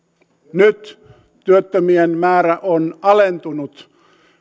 nyt työttömien määrä on alentunut